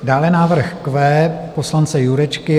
Dále návrh Q poslance Jurečky.